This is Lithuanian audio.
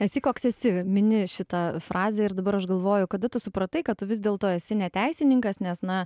esi koks esi mini šitą frazę ir dabar aš galvoju kada tu supratai kad tu vis dėl to esi ne teisininkas nes na